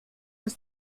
ist